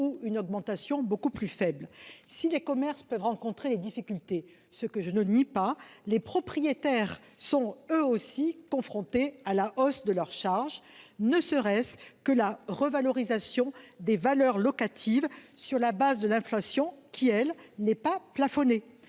ou une augmentation beaucoup plus faible de celui-ci. Si les commerçants peuvent rencontrer des difficultés- je ne le nie pas -, les propriétaires sont eux aussi confrontés à la hausse de leurs charges, ne serait-ce que la revalorisation des valeurs locatives sur la base de l'inflation, qui, elle, n'est pas plafonnée.